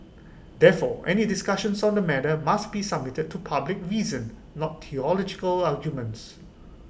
therefore any discussions on the matter must be submitted to public reason not theological arguments